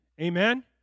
Amen